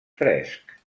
fresc